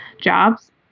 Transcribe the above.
jobs